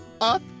Up